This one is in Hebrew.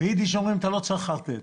ביידיש אומרים: אתה לא צריך לחרטט.